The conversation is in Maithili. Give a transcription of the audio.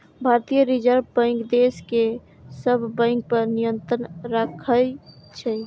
भारतीय रिजर्व बैंक देश के सब बैंक पर नियंत्रण राखै छै